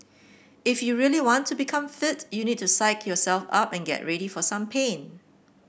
if you really want to become fit you need to psyche yourself up and get ready for some pain